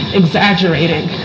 exaggerating